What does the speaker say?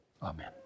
Amen